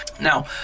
Now